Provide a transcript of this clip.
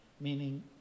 meaning